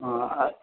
हा